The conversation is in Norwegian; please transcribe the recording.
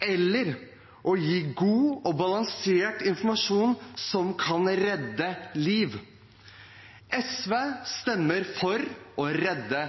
og å gi god og balansert informasjon som kan redde liv. SV stemmer for å redde